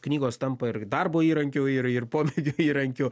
knygos tampa ir darbo įrankiu ir ir pomėgiu įrankiu